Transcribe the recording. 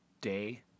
day